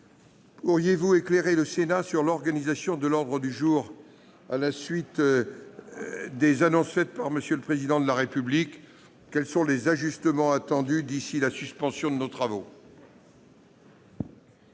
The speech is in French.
pourriez-vous éclairer le Sénat sur l'organisation de l'ordre du jour à la suite des annonces faites par M. le Président de la République ? Quels sont les ajustements attendus d'ici à la suspension de nos travaux ?